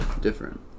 different